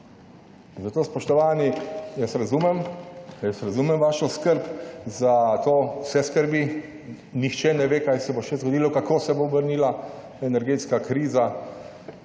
Zato spoštovani, jaz razumem vašo skrb za to, vse skrbi. Nihče ne ve kaj se bo še zgodilo, kako se bo obrnila energetska kriza,